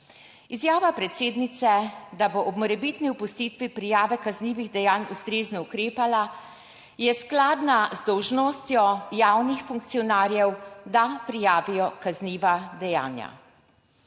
Izjava predsednice, da bo ob morebitni opustitvi prijave kaznivih dejanj ustrezno ukrepala, je skladna z dolžnostjo javnih funkcionarjev, da prijavijo kazniva dejanja.